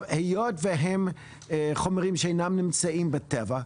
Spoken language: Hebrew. היות שהם חומרים שאינם נמצאים בטבע,